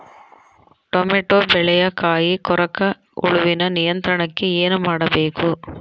Tomato ಬೆಳೆಯ ಕಾಯಿ ಕೊರಕ ಹುಳುವಿನ ನಿಯಂತ್ರಣಕ್ಕೆ ಏನು ಮಾಡಬೇಕು?